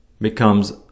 becomes